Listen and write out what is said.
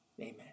Amen